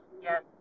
Yes